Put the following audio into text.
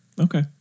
Okay